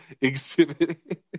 exhibit